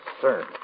Concern